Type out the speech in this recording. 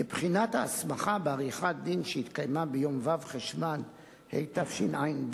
לבחינת ההסמכה בעריכת-דין שהתקיימה ביום ו' בחשוון התשע"ב,